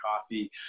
coffee